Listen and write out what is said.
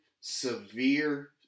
severe